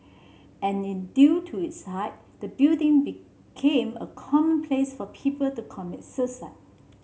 and due to its height the building became a common place for people to commit suicide